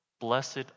blessed